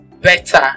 better